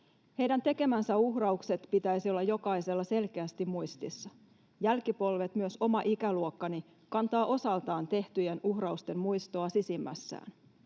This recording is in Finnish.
Heidän tekemiensä uhrausten pitäisi olla jokaisella selkeästi muistissa. Jälkipolvet, myös oma ikäluokkani, kantavat osaltaan tehtyjen uhrausten muistoa sisimmässään.